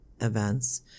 events